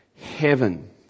Heaven